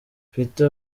peter